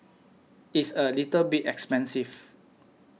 it's a little bit expensive